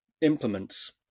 implements